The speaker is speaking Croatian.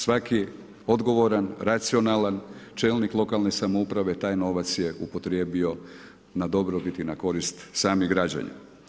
Svaki odgovoran, racionalan čelnik lokalne samouprave taj novac je upotrijebio na dobrobit i na korist samih građana.